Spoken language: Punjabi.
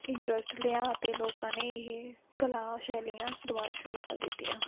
ਇੰਟਰਸਟ ਲਿਆ ਅਤੇ ਲੋਕਾਂ ਨੇ ਇਹ ਕਲਾ ਸ਼ੈਲੀਆਂ ਦੁਬਾਰਾ ਸ਼ੁਰੂ ਕਰ ਦਿੱਤੀਆਂ